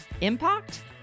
impact